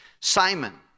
Simon